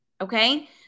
Okay